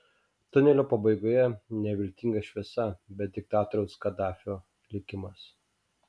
tunelio pabaigoje ne viltinga šviesa bet diktatoriaus kadafio likimas